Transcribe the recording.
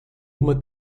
uma